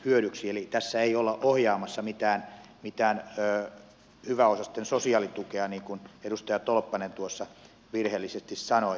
eli tässä ei olla ohjaamassa mitään hyväosaisten sosiaalitukea niin kuin edustaja tolppanen virheellisesti sanoi